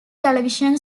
television